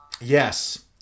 Yes